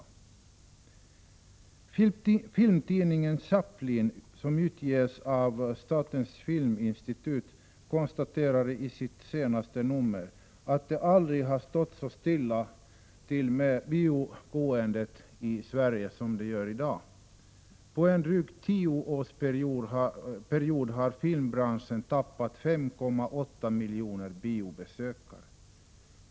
Filmtidningen Chaplin, som utges av Statens filminstitut, konstaterade i sitt senaste nummer att det aldrig har stått så illa till med biogåendet i Sverige som det gör i dag. På en dryg tioårsperiod har filmbranschen tappat 5,8 miljoner biobesökare.